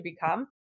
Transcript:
become